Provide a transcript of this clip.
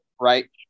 Right